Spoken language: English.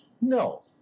No